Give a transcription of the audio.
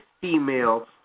female